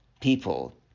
people